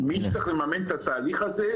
מי שצריך לממן את התהליך הזה,